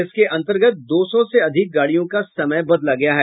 इसके अंतर्गत दौ सौ से अधिक गाड़ियों का समय बदला गया है